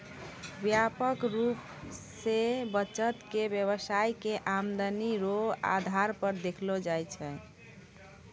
व्यापक रूप से बचत के व्यवसाय के आमदनी रो आधार पर देखलो जाय छै